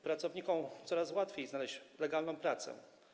Pracownikom coraz łatwiej znaleźć legalną pracę.